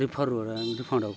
ᱨᱤᱯᱷᱳᱱ ᱨᱩᱣᱟᱹᱲᱟᱠᱚ